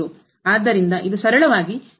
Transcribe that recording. ಆದ್ದರಿಂದ ಇದು ಸರಳವಾಗಿ ಮಿತಿ ಆಗಿರುತ್ತದೆ